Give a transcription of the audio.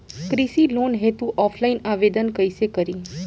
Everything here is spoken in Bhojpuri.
कृषि लोन हेतू ऑफलाइन आवेदन कइसे करि?